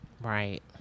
Right